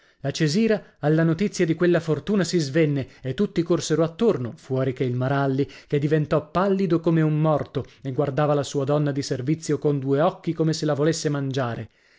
la cesira alla notizia di quella fortuna si svenne e tutti corsero attorno fuori che il maralli che diventò pallido come un morto e guardava la sua donna di servizio con due occhi come se la volesse mangiare